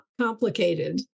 complicated